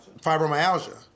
fibromyalgia